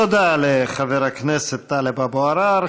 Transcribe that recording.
תודה לחבר הכנסת טלב אבו עראר.